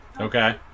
Okay